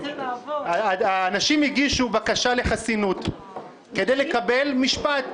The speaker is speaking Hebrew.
אנשים הגישו בקשה לחסינות כדי לקבל משפט,